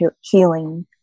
healing